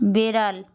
বেড়াল